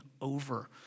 over